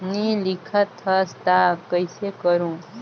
नी लिखत हस ता कइसे करू?